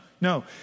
no